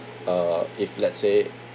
uh if let's say